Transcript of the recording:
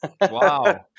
wow